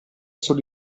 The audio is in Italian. solo